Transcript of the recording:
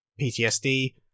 PTSD